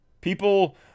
People